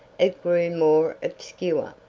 it grew more obscure.